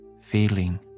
feeling